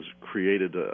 created